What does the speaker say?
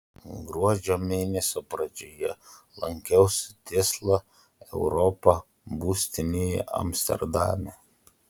gruodžio mėnesio pradžioje lankiausi tesla europa būstinėje amsterdame